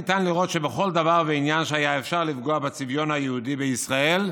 ניתן לראות שבכל דבר ועניין שהיה אפשר לפגוע בצביון היהודי בישראל,